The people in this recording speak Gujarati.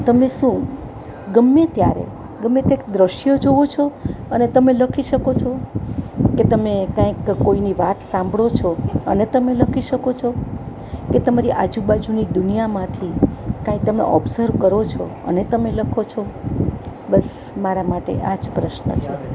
તમે શું ગમે ત્યારે ગમે તે દૃશ્યો જુઓ છો અને તમે લખી શકો છો કે તમે કાંઇક કોઇની વાત સાંભળો છો અને તમે લખી શકો છો કે તમારી આજુબાજુની દુનિયામાંથી કાંઇ તમે ઓબ્સર્વ કરો છો અને તમે લખો છો બસ મારા માટે આ જ પ્રશ્ન છે